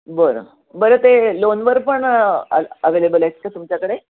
बरं बरं ते लोनवर पण अ अवेलेबल आहेत का तुमच्याकडे